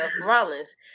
Rollins